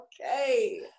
Okay